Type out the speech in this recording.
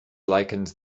likened